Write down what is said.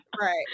Right